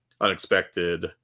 unexpected